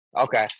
Okay